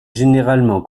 généralement